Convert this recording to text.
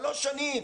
שלוש שנים.